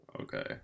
Okay